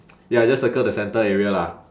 ya I just circle the centre area lah